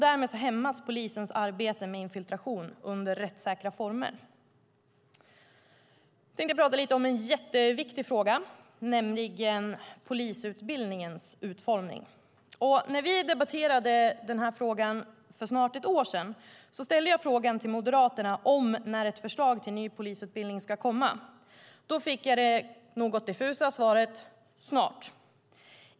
Därmed hämmas polisens arbete med infiltration under rättssäkra former. Jag tänker prata lite om en jätteviktig fråga, nämligen polisutbildningens utformning. När vi debatterade denna fråga för snart ett år sedan ställde jag frågan till Moderaterna när ett förslag till ny polisutbildning ska komma. Jag fick det något diffusa svaret "snart".